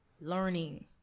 learning